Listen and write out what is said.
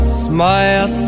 smile